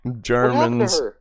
Germans